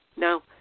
Now